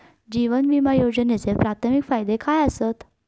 जीवन विमा योजनेचे प्राथमिक फायदे काय आसत?